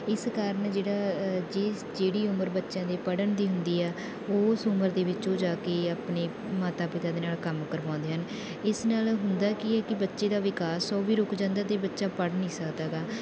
ਇਸ ਕਾਰਨ ਜਿਹੜਾ ਜਿਸ ਜਿਹੜੀ ਉਮਰ ਬੱਚਿਆਂ ਦੇ ਪੜ੍ਹਨ ਦੀ ਹੁੰਦੀ ਆ ਉਸ ਉਮਰ ਦੇ ਵਿੱਚ ਉਹ ਜਾ ਕੇ ਆਪਣੇ ਮਾਤਾ ਪਿਤਾ ਦੇ ਨਾਲ ਕੰਮ ਕਰਵਾਉਂਦੇ ਹਨ ਇਸ ਨਾਲ ਹੁੰਦਾ ਕੀ ਹੈ ਕਿ ਬੱਚੇ ਦਾ ਵਿਕਾਸ ਉਹ ਵੀ ਰੁਕ ਜਾਂਦਾ ਅਤੇ ਬੱਚਾ ਪੜ੍ਹ ਨਹੀਂ ਸਕਦਾ ਗਾ